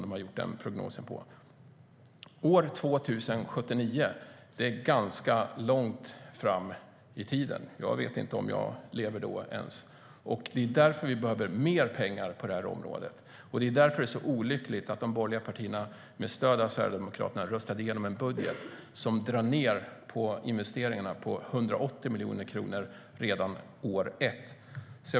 År 2079 är långt fram i tiden. Jag vet inte om jag ens lever då. Det är därför vi behöver mer pengar på området, och det är därför det är så olyckligt att de borgerliga partierna med stöd av Sverigedemokraterna röstade igenom en budget som drar ned på investeringarna med 180 miljoner kronor redan år ett.